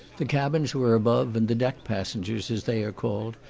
the cabins were above, and the deck passengers, as they are called,